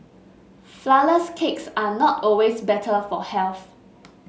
flourless cakes are not always better for health